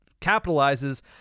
capitalizes